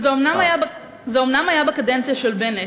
זה אומנם היה בקדנציה של בנט,